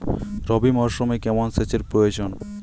রবি মরশুমে কেমন সেচের প্রয়োজন?